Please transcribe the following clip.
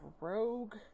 Rogue